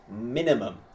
minimum